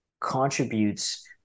contributes